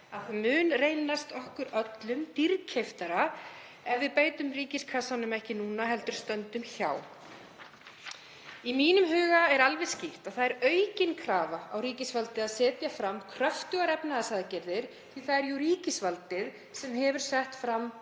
það mun reynast okkur öllum dýrkeyptara ef við beitum ríkiskassanum ekki núna heldur stöndum hjá. Í mínum huga er alveg skýrt að það er aukin krafa á ríkisvaldið að setja fram kröftugar efnahagsaðgerðir því það er jú ríkisvaldið sem hefur sett fram